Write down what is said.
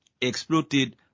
exploited